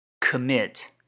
commit